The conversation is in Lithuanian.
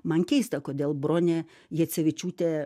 man keista kodėl bronė jacevičiūtė